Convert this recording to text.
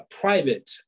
private